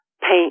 paint